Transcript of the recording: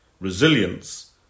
Resilience